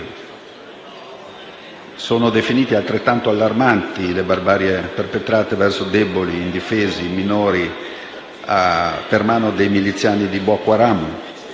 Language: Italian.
sono definite come altrettanto allarmanti le barbarie perpetrate verso deboli, indifesi e minori per mano dei miliziani di Boko Haram,